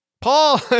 Paul